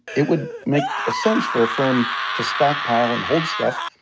it would make sense for a firm to stockpile and hold stuff,